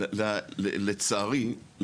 לצערי,